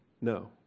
No